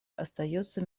остается